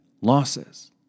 losses